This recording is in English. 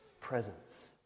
presence